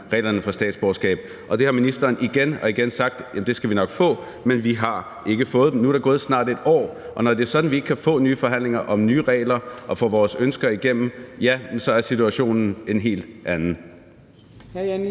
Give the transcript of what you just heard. reglerne for statsborgerskab, og ministeren har igen og igen sagt, at det skal vi nok få, men vi har ikke fået dem. Nu er der gået snart et år, og når det er sådan, at vi ikke kan få nye forhandlinger om nye regler og få vores ønsker igennem, ja, så er situationen en helt anden.